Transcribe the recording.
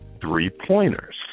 three-pointers